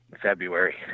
february